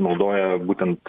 naudoja būtent